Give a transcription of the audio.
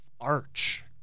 arch